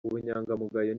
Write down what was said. ubunyangamugayo